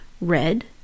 red